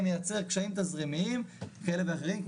מייצר קשיים תזרימיים כאלה ואחרים.